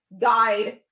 guide